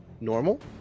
normal